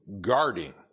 guarding